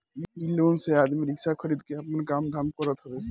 इ लोन से आदमी रिक्शा खरीद के आपन काम धाम करत हवे